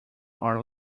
are